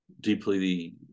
deeply